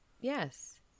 Yes